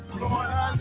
Lord